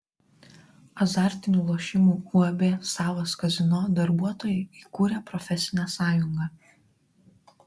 azartinių lošimų uab savas kazino darbuotojai įkūrė profesinę sąjungą